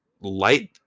light